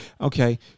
Okay